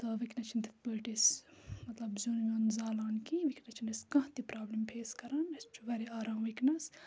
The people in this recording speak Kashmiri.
تہٕ وُنکیٚنَس چھِنہٕ تِتھ پٲٹھۍ أسۍ مَطلَب زِیُن وِیُن زالان کیٚنٛہہ وُنکیٚنَس چھنہٕ أسۍ کانٛہہ تہِ پرابلِم فیس کَران اَسہِ چھُ وارِیاہ آرام ونٛکیٚنَس